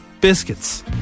biscuits